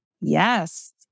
Yes